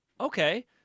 Okay